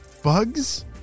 bugs